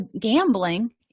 gambling